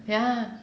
yeah